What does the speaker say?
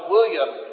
William